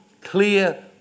clear